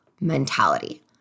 mentality